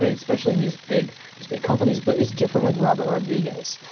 ah especially in these big these big companies. but it's different with robert rodriguez.